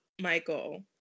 Michael